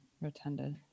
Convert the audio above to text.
rotunda